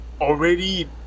already